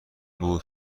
بود